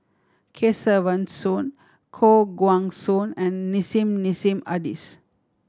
Kesavan Soon Koh Guan Song and Nissim Nassim Adis